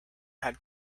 had